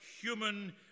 human